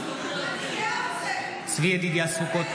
(קורא בשמות חברי הכנסת) צבי ידידיה סוכות,